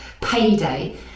payday